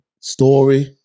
story